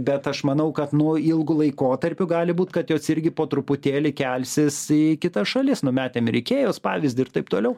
bet aš manau kad nu ilgu laikotarpiu gali būt kad jos irgi po truputėlį kelsis į kitas šalis nu metėm ir ikėjos pavyzdį ir taip toliau